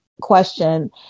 question